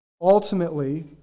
Ultimately